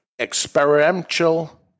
experiential